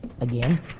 again